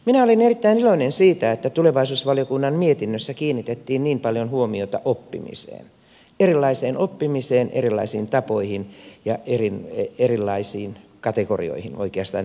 minä olin erittäin iloinen siitä että tulevaisuusvaliokunnan mietinnössä kiinnitettiin niin paljon huomiota oppimiseen erilaiseen oppimiseen erilaisiin tapoihin ja erilaisiin kategorioihin oikeastaan näin voisi sanoa